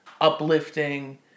uplifting